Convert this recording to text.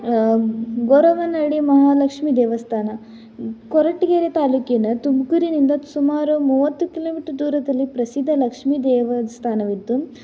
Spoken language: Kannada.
ಗೊರವನಹಳ್ಳಿ ಮಹಾಲಕ್ಷ್ಮಿ ದೇವಸ್ಥಾನ ಕೊರಟಗೆರೆ ತಾಲೂಕ್ಕಿನ ತುಮಕೂರಿನಿಂದ ಸುಮಾರು ಮೂವತ್ತು ಕಿಲೋಮೀಟರ್ ದೂರದಲ್ಲಿ ಪ್ರಸಿದ್ಧ ಲಕ್ಷ್ಮಿ ದೇವಸ್ಥಾನವಿದ್ದು